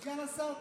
סגן השר,